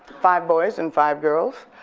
five boys and five girls,